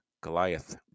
Goliath